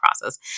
process